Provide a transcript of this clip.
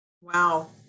Wow